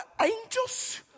angels